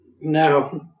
No